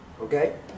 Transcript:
Okay